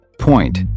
Point